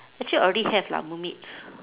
actually already have lah no needs